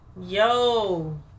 Yo